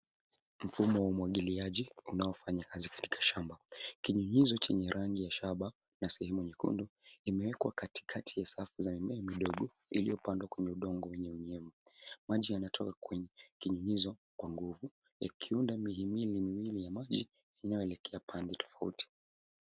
Mfumo wa umwagiliaji, unaofanya kazi katika shamba. Kinyunyuzi chenye rangi ya shaba na sehemu nyekundu, imewekwa katikati ya safu za mimea midogo iliyopandwa kwenye udongo wenye unyevu. Maji yanatoka kwenye kinyunyizo kwa nguvu, yakiunda mimimini mimimini ya maji inayoelekea pande tofauti.